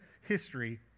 history